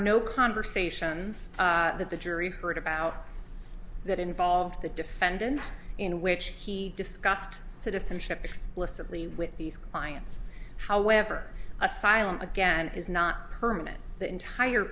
no conversations that the jury heard about that involved the defendant in which he discussed citizenship explicitly with these clients however asylum again is not permanent the entire